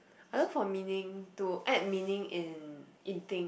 I learn for meaning to add meaning in in thing